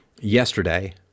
yesterday